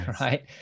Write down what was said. right